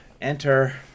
Enter